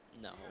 No